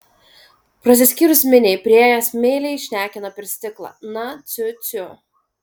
prasiskyrus miniai priėjęs meiliai šnekino per stiklą na ciu ciu